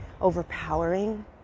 overpowering